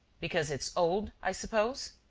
because it's old i suppose?